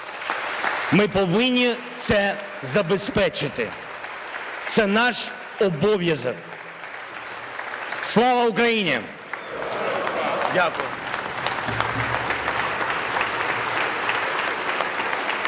Ми повинні це забезпечити. Це наш обов'язок. Слава Україні!